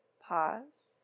pause